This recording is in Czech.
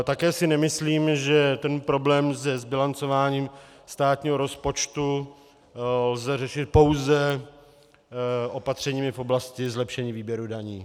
Také si nemyslím, že problém s bilancováním státního rozpočtu lze řešit pouze opatřeními v oblasti zlepšení výběru daní.